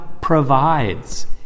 provides